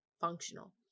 functional